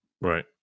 Right